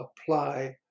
apply